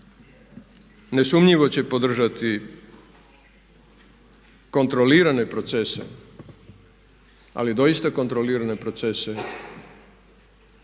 ne sumnjivo će podržati kontrolirane procese ali doista kontrolirane procese